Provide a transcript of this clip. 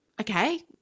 okay